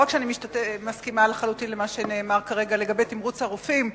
לא רק שאני מסכימה לחלוטין למה שנאמר כרגע לגבי תמרוץ הרופאים,